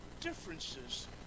differences